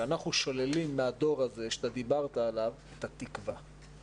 שאנחנו שוללים מן הדור הזה שדיברת עליו את התקווה,